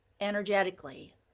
energetically